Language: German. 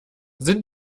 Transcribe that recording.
sind